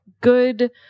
good